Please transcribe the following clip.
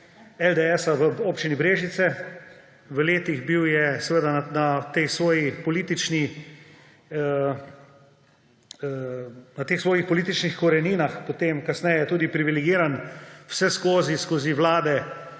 LDS-a v občini Brežice. Bil je seveda na teh svojih političnih koreninah kasneje tudi privilegiran, vseskozi skozi vlade